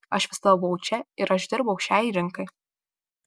aš visada buvau čia ir aš dirbau šiai rinkai